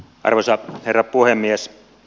arvoisa herra puhemies